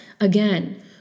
again